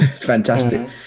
Fantastic